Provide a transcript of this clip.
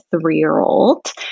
three-year-old